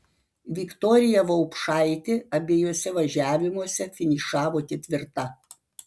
viktorija vaupšaitė abiejuose važiavimuose finišavo ketvirta